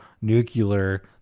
nuclear